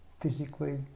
physically